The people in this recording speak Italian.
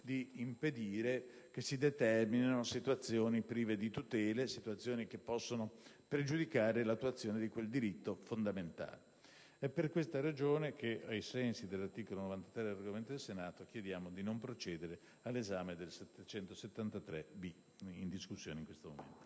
di impedire che si determinino situazioni prive di tutele, tali da pregiudicare l'attuazione di quel diritto fondamentale. È per questa ragione che, ai sensi dell'articolo 93 del Regolamento del Senato, chiediamo di non procedere alla discussione del disegno